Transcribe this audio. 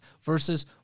versus